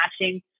matching